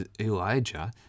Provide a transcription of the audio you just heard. Elijah